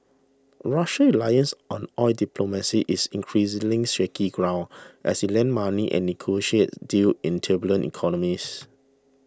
Russia's reliance on oil diplomacy is increasingly shaky grounds as it lends money and negotiates deals in turbulent economies